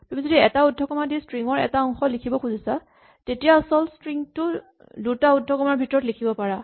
তুমি যদি এটা উদ্ধকমা দি ষ্ট্ৰিং ৰ এটা অংশ লিখিব খুজিছা তেতিয়া আচল ষ্ট্ৰিং টো দুটা উদ্ধকমাৰ ভিতৰত লিখিব পাৰা